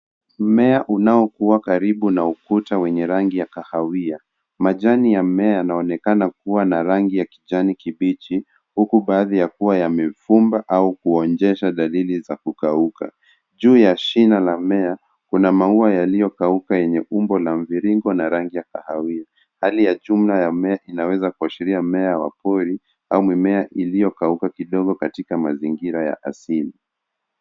Mmea unaokua karibu na ukuta wenye rangi ya kahawia. Majani ya mmea yanaonekana kuwa na rangi ya kijani kibichi, huku baadhi yakiwa yamefumba au kuonyesha dalili za kukauka. Juu ya shina la mmea, kuna maua yaliyokauka yenye umbo la mviringo na rangi ya kahawia. Hali ya jumla ya mmea inaweza kuashiria mimea ya pori au mimea iliyokauka kidogo katika mazingira ya asili.